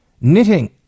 knitting